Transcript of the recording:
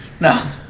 No